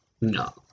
No